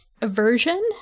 Aversion